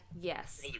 Yes